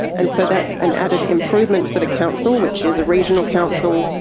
and so that's an added improvement for the council which is a regional council,